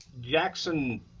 Jackson